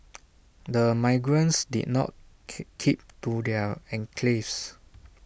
the migrants did not keep keep to their enclaves